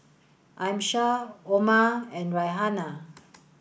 Amsyar Omar and Raihana